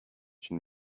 une